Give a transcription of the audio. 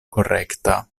korekta